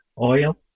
oil